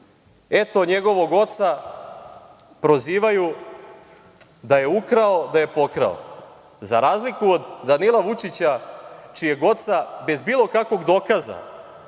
eto njegovog oca prozivaju da je ukrao, da je pokrao. Za razliku od Danila Vučića, čijeg oca bez bilo kakvog dokaza